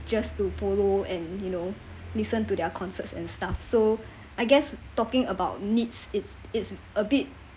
just to follow and you know listen to their concerts and stuff so I guess talking about needs it its a bit